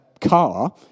car